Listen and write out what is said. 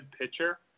pitcher